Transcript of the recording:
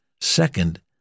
Second